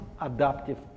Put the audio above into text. adaptive